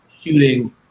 shooting